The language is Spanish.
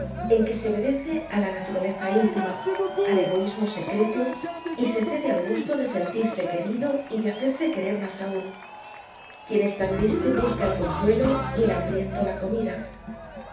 en que se obedece á la naturaleza íntima al egoismo secreto y se cede al gusto de sentirse querido y de hacerse querer más aún quien está triste busca el consuelo y el hambriento la comida